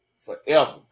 forever